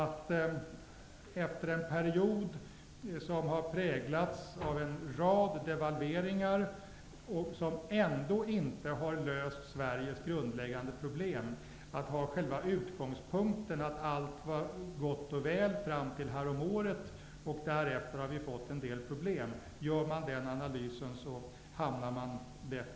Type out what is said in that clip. Att efter en period som har präglats av en rad devalveringar som ändå inte har löst Sveriges grundläggande problem ha den utgångspunkten att allt var gott och väl fram till härom året och att vi därefter har fått en del problem är en felaktig analys.